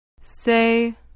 Say